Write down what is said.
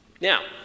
Now